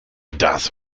das